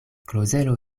klozelo